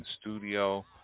studio